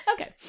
Okay